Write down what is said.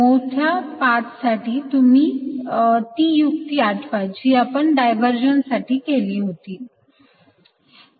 मोठ्या पाथ साठी तुम्ही ती युक्ती आठवा जी आपण डायव्हरजन्स साठी केली होती